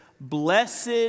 Blessed